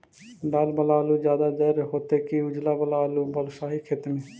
लाल वाला आलू ज्यादा दर होतै कि उजला वाला आलू बालुसाही खेत में?